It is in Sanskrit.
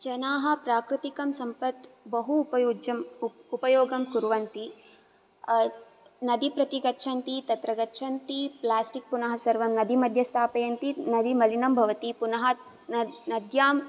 जनाः प्राकृतिकं सम्पत् बहु उपयोज्यं उपयोगं कुर्वन्ति नदीं प्रति गच्छन्ति तत्र गच्छन्ति प्लास्टिक् पुनः सर्वं नदी मध्ये स्थापयन्ति नदी मलिनं भवति पुनः न नद्यां